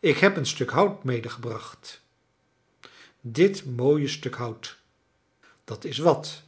ik heb een stuk hout medegebracht dit mooie stuk hout dat is wat